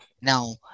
Now